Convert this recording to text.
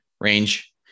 range